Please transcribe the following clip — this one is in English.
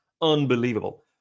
Unbelievable